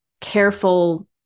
careful